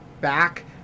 back